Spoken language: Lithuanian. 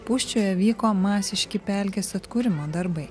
pūsčioje vyko masiški pelkės atkūrimo darbai